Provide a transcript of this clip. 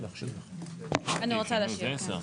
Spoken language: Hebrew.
אני רוצה להשאיר.